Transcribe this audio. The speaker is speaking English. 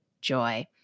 joy